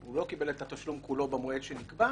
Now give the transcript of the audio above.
הוא לא קיבל את התשלום כולו במועד שנקבע,